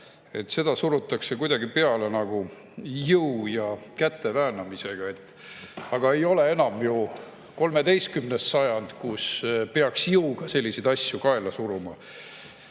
seda surutakse peale jõu ja käteväänamisega. Aga ei ole enam ju 13. sajand, kus peaks jõuga selliseid asju peale suruma.